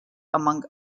among